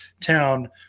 town